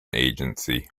agency